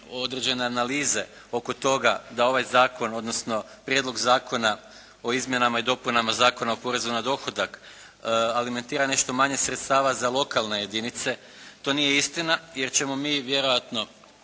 određene analize oko toga da ovaj zakon, odnosno Prijedlog zakona o izmjenama i dopunama Zakona o porezu na dohodak alimentira nešto manje sredstava za lokalne jedinice, to nije istina jer ćemo mi vjerojatno